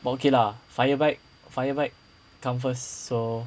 but okay lah fire fight fire fight come first so